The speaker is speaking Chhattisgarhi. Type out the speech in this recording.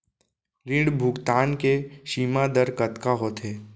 ऋण भुगतान के सीमा दर कतका होथे?